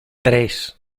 tres